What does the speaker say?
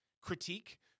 critique